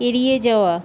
এড়িয়ে যাওয়া